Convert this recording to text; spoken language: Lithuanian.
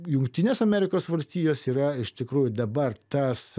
jungtinės amerikos valstijos yra iš tikrųjų dabar tas